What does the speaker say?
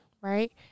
right